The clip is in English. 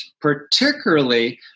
particularly